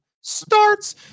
starts